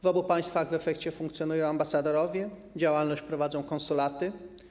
W obu państwach w efekcie funkcjonują ambasadorowie, działalność prowadzą konsulaty.